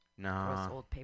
No